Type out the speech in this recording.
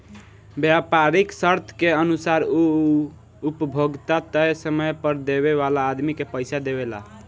व्यापारीक शर्त के अनुसार उ उपभोक्ता तय समय पर देवे वाला आदमी के पइसा देवेला